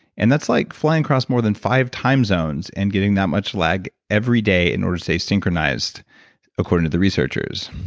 and that's like flying cross more than five time zones and getting that much lag every day in order to stay synchronized according to the researchers.